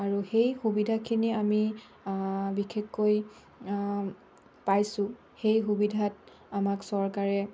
আৰু সেই সুবিধাখিনি আমি বিশেষকৈ পাইছোঁ সেই সুবিধাত আমাক চৰকাৰে